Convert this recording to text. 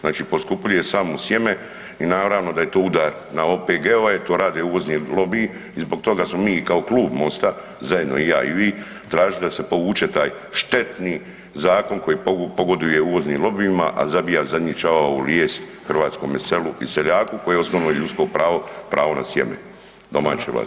Znači poskupljuje samo sjeme i naravno da je to udar na OPG-ove, to rade uvozni lobiji i zbog toga smo mi i kao Klub MOST-a, zajedno i ja i vi tražili da se povuče taj štetni zakon koji pogoduje uvoznim lobijima, a zabija zadnji čavao u lijes hrvatskome selu i seljaku, koje je osnovno ljudsko pravo pravo na sjeme, domaće vrste.